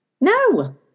No